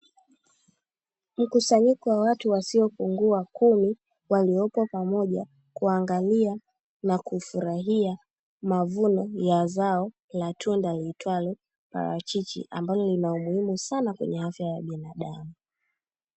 Mkusanyiko wa watu wasiopungua kumi walioko pamoja waangalia na kufurahia mavuno ya zao la tunda liitwalo parachichi ambalo lina umuhimu sana kwenye afya ya binadamu.